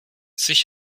sich